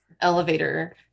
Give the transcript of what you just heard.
elevator